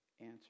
answer